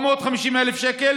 450,000 שקל